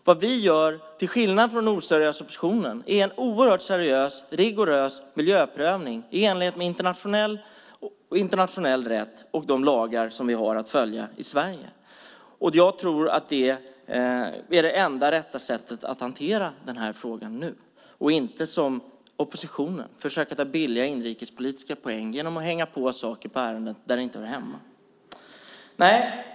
Vad vi till skillnad från den oseriösa oppositionen gör är en oerhört seriös och rigorös miljöprövning i enlighet med internationell rätt och de lagar vi har att följa i Sverige. Jag tror att det är det enda rätta sättet att hantera frågan nu, i stället för att som oppositionen försöka plocka billiga inrikespolitiska poäng genom att hänga på saker på ärenden där de inte hör hemma.